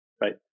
right